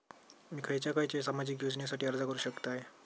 मी खयच्या खयच्या सामाजिक योजनेसाठी अर्ज करू शकतय?